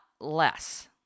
less